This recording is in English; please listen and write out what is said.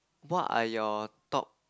what are your top